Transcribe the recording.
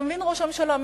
אתה מבין, ראש הממשלה?